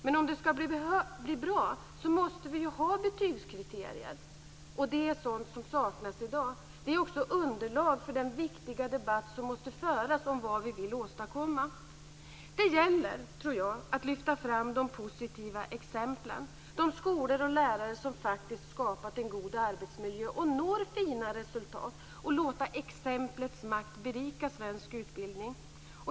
Men om det skall bli bra måste vi ha betygskriterier, och det är sådant som saknas i dag. Det är också underlag för den viktiga debatt som måste föras om vad vi vill åstadkomma. Det gäller, tror jag, att lyfta fram de positiva exemplen, de skolor och lärare som faktiskt skapat en god arbetsmiljö och når fina resultat. Det gäller att låta exemplets makt berika svensk utbildning.